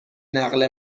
نقل